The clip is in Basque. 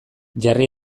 jarri